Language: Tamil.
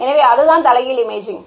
எனவே அதுதான் தலைகீழ் இமேஜிங்